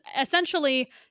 essentially